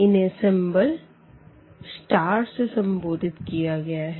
इन्हें symbol star से संबोधित किया गया है